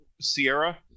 sierra